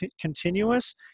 continuous